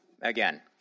again